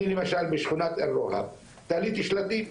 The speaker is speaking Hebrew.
אני למשל בשכונת אלמדורה תליתי שלטים,